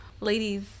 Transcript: Ladies